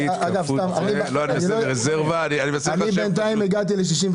אני בינתיים הגעתי ל-62.